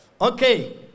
Okay